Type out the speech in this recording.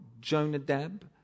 Jonadab